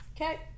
Okay